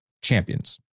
champions